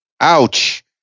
Ouch